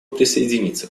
присоединиться